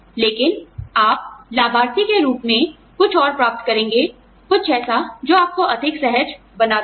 लेकिन आप लाभार्थी के रूप में कुछ और प्राप्त करेंगे कुछ ऐसा जो आपको अधिक सहज बना देगा